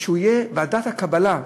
שהוא יהיה ועדת הקבלה,